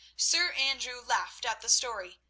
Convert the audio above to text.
sir andrew laughed at the story,